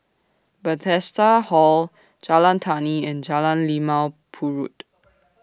Bethesda Hall Jalan Tani and Jalan Limau Purut